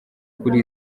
kuri